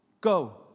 go